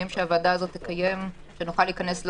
שהוועדה הזאת תקיים ושנוכל להיכנס לעומק,